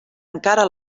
encara